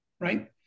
right